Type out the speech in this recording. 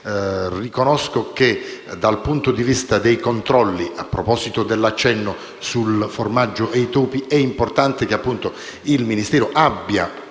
Riconosco che, dal punto di vista dei controlli (a proposito dell'accenno al formaggio e ai topi), è importante che il Ministero abbia